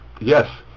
yes